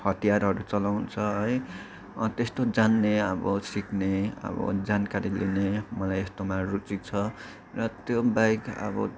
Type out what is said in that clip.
हतियारहरू चलाउँछ है त्यस्तो जान्ने अब सिक्ने जानकारी लिने मलाई यस्तोमा रुचि छ र त्यो बाहेक अब